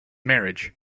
marriage